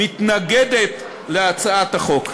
מתנגדת להצעת החוק.